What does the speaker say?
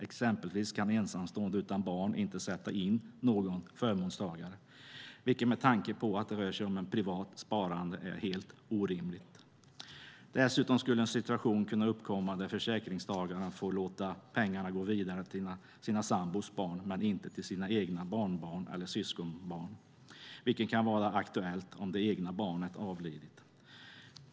Exempelvis kan ensamstående utan barn inte sätta in någon förmånstagare, vilket med tanke på att det rör sig om ett privat sparande är helt orimligt. Dessutom skulle en situation kunna uppkomma där försäkringstagaren får låta pengarna gå vidare till sin sambos barn men inte till sina egna barnbarn eller syskonbarn, vilket kan vara aktuellt om det egna barnet avlidit.